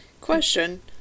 Question